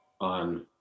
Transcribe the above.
on